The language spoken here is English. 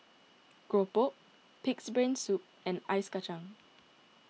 Keropok Pig's Brain Soup and Ice Kacang